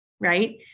Right